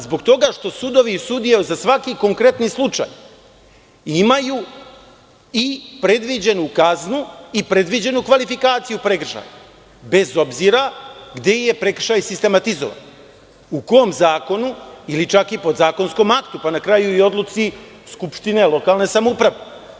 Zbog toga što sudovi i sudije za svaki konkretni slučaj imaju i predviđenu kaznu i predviđenu kvalifikaciju prekršaja, bez obzira gde je prekršaj sistematizovan, u kome zakonu ili čak podzakonskom aktu, pa na kraju i odluci skupštine lokalne samouprave.